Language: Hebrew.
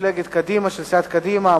סיעת קדימה.